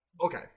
Okay